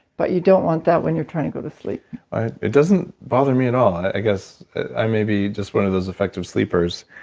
but, you don't want that when you're trying to go to sleep it doesn't bother me at all. i guess i may be just one of those effective sleepers.